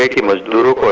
it a little